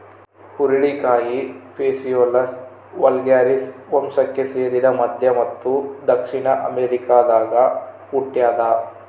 ಹುರುಳಿಕಾಯಿ Phaseolus vulgaris ವಂಶಕ್ಕೆ ಸೇರಿದ ಮಧ್ಯ ಮತ್ತು ದಕ್ಷಿಣ ಅಮೆರಿಕಾದಾಗ ಹುಟ್ಯಾದ